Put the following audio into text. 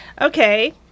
Okay